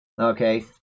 Okay